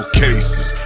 cases